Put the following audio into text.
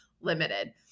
limited